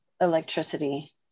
electricity